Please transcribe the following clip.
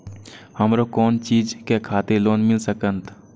हमरो कोन चीज के खातिर लोन मिल संकेत?